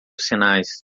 sinais